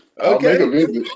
Okay